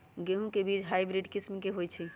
गेंहू के बीज हाइब्रिड किस्म के होई छई?